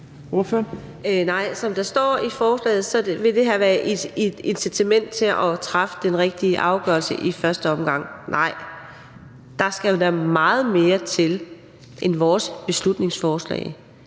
Nej, som der står i forslaget, vil det her være et incitament til at træffe den rigtige afgørelse i første omgang. Og der skal da meget mere til end vores beslutningsforslag.